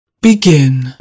Begin